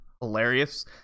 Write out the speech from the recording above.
hilarious